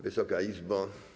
Wysoka Izbo!